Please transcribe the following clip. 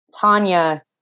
Tanya